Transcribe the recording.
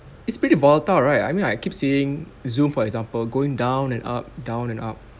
it's pretty volatile right I mean like I keep seeing Zoom for example going down and up down and up